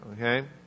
okay